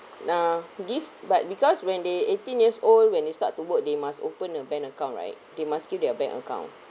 nah give but because when they eighteen years old when they start to work they must open a bank account right they must give their bank account